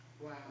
Wow